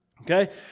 Okay